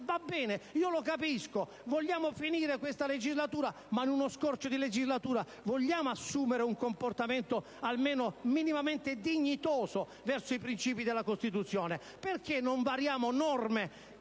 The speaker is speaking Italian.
Va bene, lo capisco. Volete concludere questa legislatura? D'accordo, ma in uno scorcio di legislatura, vogliamo assumere un comportamento che sia almeno minimamente dignitoso verso i principi della Costituzione? Perché non variamo norme